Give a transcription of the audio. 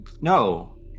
No